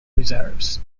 reserves